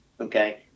okay